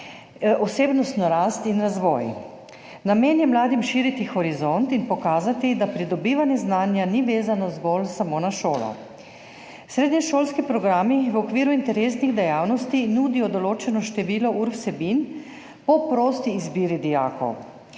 osebnostno rast in razvoj. Namen je mladim širiti horizont in pokazati, da pridobivanje znanja ni vezano zgolj samo na šolo. Srednješolski programi v okviru interesnih dejavnosti nudijo določeno število ur vsebin po prosti izbiri dijakov.